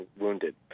wounded